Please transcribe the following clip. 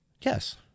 Yes